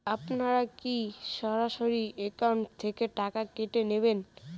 আপনারা কী সরাসরি একাউন্ট থেকে টাকা কেটে নেবেন?